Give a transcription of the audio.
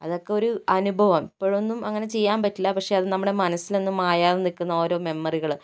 അതൊക്കെ ഒരു അനുഭവം ഇപ്പോഴൊന്നും അങ്ങനെ ചെയ്യാൻ പറ്റില്ല പക്ഷേ അത് നമ്മുടെ മനസ്സിലെന്നും മായാതെ നിൽക്കുന്ന ഓരോ മെമ്മറികൾ